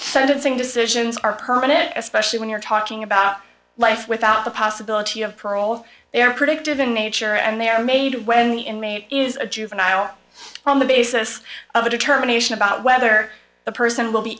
sentencing decisions are permanent especially when you're talking about life without the possibility of parole they're predictive in nature and they are made when the inmate is a juvenile on the basis of a determination about whether the person will be